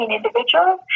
individuals